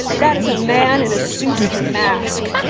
that is a man in a suit, a mask,